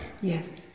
Yes